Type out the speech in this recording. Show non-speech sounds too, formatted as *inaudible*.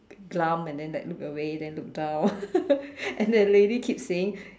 glum and then like look away then look down *laughs* and the lady keep saying